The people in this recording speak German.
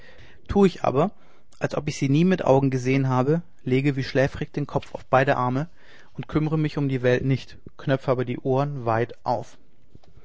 tue ich aber als ob ich sie nie mit augen gesehen habe lege wie schläfrig den kopf auf beide arme und kümmere mich um die welt nicht knöpfe aber die ohren weit auf